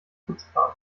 putzplan